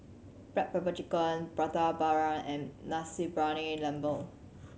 black pepper chicken Prata Bawang and Nasi Briyani Lembu